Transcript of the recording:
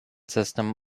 system